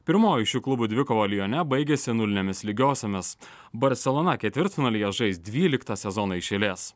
pirmoji šių klubų dvikovą lione baigėsi nulinėmis lygiosiomis barselona ketvirtfinalyje žais dvyliktą sezoną iš eilės